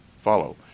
follow